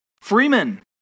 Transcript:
freeman